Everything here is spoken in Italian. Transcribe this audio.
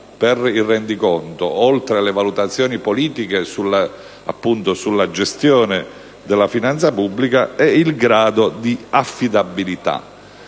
per il rendiconto, oltre le valutazioni politiche sulla gestione della finanza pubblica, è il grado di affidabilità,